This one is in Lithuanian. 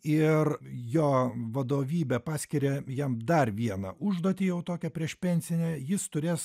ir jo vadovybė paskiria jam dar vieną užduotį jau tokią priešpensinę jis turės